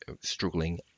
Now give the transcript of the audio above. struggling